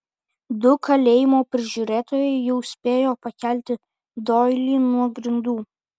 du kalėjimo prižiūrėtojai jau spėjo pakelti doilį nuo grindų